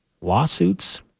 lawsuits